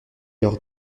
leur